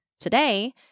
Today